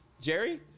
Jerry